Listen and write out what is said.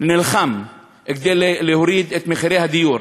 נלחם כדי להוריד את מחירי הדיור,